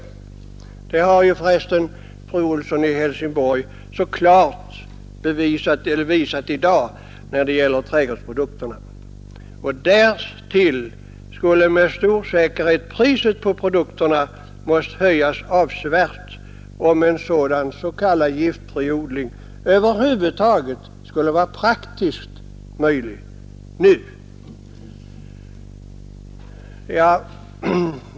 Det har för resten fru Olsson i Helsingborg klart visat i dag när det gäller trädgårdsprodukterna. Därtill skulle med stor säkerhet priset på produkterna behöva höjas avsevärt om en s.k. giftfri odling över huvud taget skulle vara praktiskt möjlig nu.